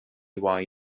wai